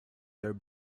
their